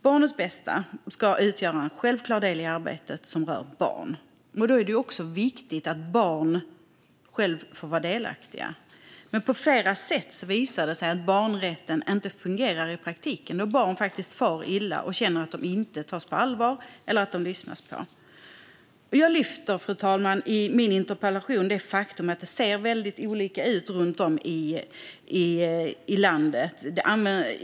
Barnets bästa ska utgöra en självklar del i arbetet som rör barn, och då är det också viktigt att barn själva får vara delaktiga. Men på flera sätt visar det sig att barnrätten inte fungerar i praktiken då barn faktiskt far illa och känner att de inte tas på allvar och lyssnas på. Fru talman! Jag lyfter i min interpellation fram det faktum att det ser väldigt olika ut runt om i landet.